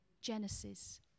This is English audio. Genesis